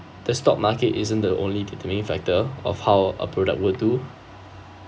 the stock market isn't the only determining factor of how a product will do